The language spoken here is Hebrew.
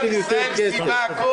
זה האבא של החריג.